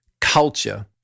culture